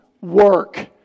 work